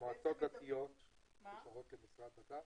מועצות דתיות קשורות למשרד הדת?